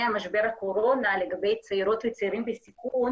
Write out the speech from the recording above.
משבר הקורונה לגבי צעירות וצעירים בסיכון.